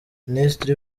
minisitiri